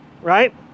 right